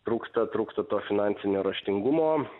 trūksta trūksta to finansinio raštingumo